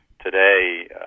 Today